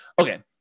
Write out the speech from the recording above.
Okay